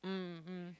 mm mm